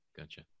Gotcha